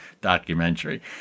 documentary